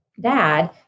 dad